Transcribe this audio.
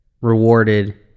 rewarded